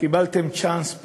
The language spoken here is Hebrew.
קיבלתם צ'אנס,